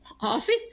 office